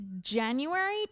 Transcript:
January